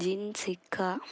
జిన్ సిక్క